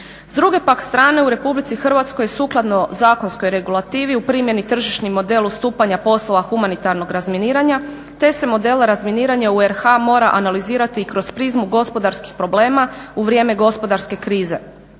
S druge pak strane u RH sukladno zakonskoj regulativu u primjeni je tržišni model odstupanja poslova humanitarnog razminiranja, te se model razminiranja u RH mora analizirati i kroz prizmu gospodarskih problema u vrijeme gospodarske krize.